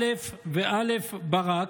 א' וא' ברק,